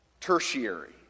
Tertiary